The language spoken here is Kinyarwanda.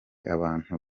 abantu